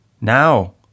now